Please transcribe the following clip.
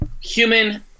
human